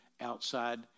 outside